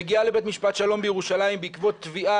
מגיעה לבית משפט שלום בירושלים בעקבות תביעה